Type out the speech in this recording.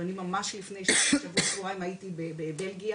ואני ממש לפני שבוע שבועיים הייתי בבלגיה,